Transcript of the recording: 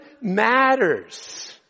matters